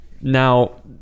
Now